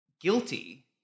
guilty